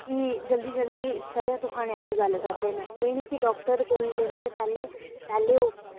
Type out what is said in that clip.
कि जल्दी जल्दी स'रेआं धुखाने आह्ली गल्ल करदे न एह् निं की डाक्टर कोल लैंदे न पैह्लें पैह्लें ओह्